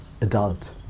adult